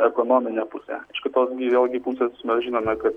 ekonomine puse iš kitos gi vėlgi pusės mes žinome kad